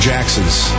Jacksons